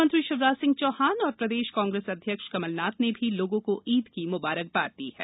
मुख्यमंत्री शिवराज सिंह चौहान और प्रदेश कांग्रेस अध्यक्ष कमलनाथ ने भी लोगों को ईद की मुंबारकवाद दी है